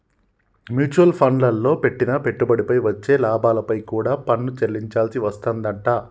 mutual ఫండ్లల్లో పెట్టిన పెట్టుబడిపై వచ్చే లాభాలపై కూడా పన్ను చెల్లించాల్సి వస్తాదంట